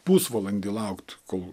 pusvalandį laukti kol